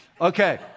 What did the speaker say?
Okay